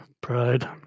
Pride